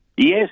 Yes